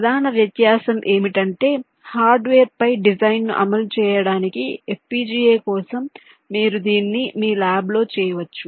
ప్రధాన వ్యత్యాసం ఏమిటంటే హార్డ్వేర్పై డిజైన్ను అమలు చేయడానికి FPGA కోసం మీరు దీన్ని మీ ల్యాబ్లో చేయవచ్చు